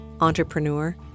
entrepreneur